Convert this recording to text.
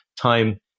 time